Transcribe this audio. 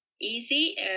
easy